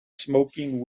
smoking